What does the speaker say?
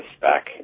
back